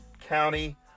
County